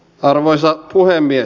arvoisa puhemies